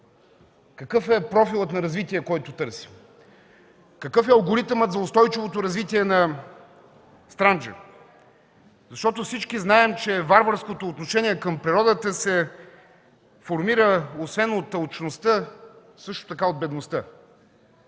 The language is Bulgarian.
какъв е профилът на развитие, който търсите? Какъв е алгоритъмът за устойчивото развитие на Странджа? Защото всички знаем, че варварското отношение към природата се формира освен от алчността, същото така от бедността.